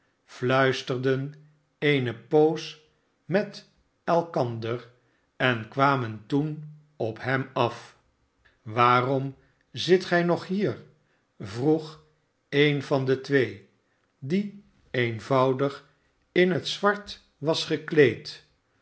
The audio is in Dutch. fluisterden eene poos met elkander en kwamen toen op hem af swaarom zit gij nog hier vroeg een van de twee die eenvoudig in het zwart was gekleed